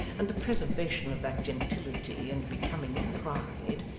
and the preservation of that gentility and becoming pride,